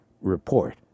report